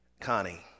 Connie